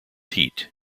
heat